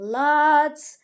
lots